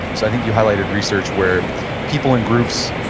so i think you highlighted research where people in groups,